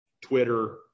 Twitter